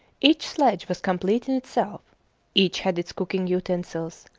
each sledge was complete in itself each had its cooking utensils,